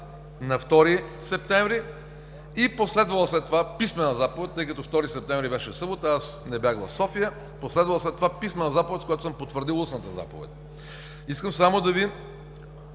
на 2 септември и последвала след това писмена заповед, тъй като 2 септември беше събота, аз не бях в София, с последвала след това писмена заповед, с която съм потвърдил устната заповед. Искам само да Ви